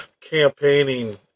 campaigning